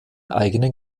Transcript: eigenen